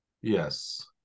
Yes